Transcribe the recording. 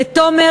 תומר,